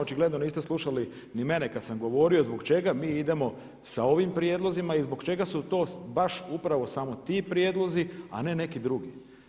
Očigledno niste slušali ni mene kada sam govorio zbog čega mi idemo sa ovim prijedlozima i zbog čega su to baš upravo samo ti prijedlozi a ne neki drugi.